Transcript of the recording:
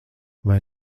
vai